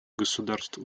государств